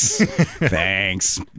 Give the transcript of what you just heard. Thanks